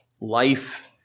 Life